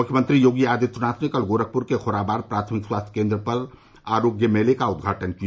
मुख्यमंत्री योगी आदित्यनाथ ने कल गोरखपुर के खोराबार प्राथमिक स्वास्थ्य केंद्र पर आरोग्य मेले का उद्घाटन किया